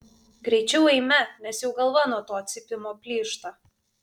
greičiau eime nes jau galva nuo to cypimo plyšta